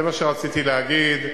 זה מה שרציתי להגיד,